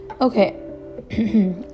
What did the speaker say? okay